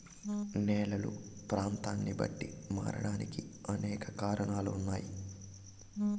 నేలలు ప్రాంతాన్ని బట్టి మారడానికి అనేక కారణాలు ఉన్నాయి